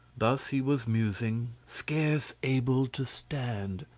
thus he was musing, scarce able to stand,